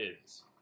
kids